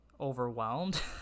overwhelmed